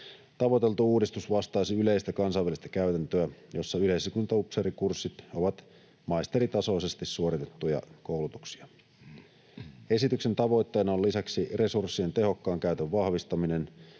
Tavoiteltu uudistus vastaisi yleistä kansainvälistä käytäntöä, jossa yleisesikuntaupseerikurssit ovat maisteritasoisesti suoritettuja koulutuksia. Esityksen tavoitteena on lisäksi resurssien tehokkaan käytön vahvistaminen,